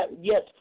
Yes